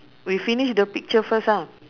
we finish the picture first ah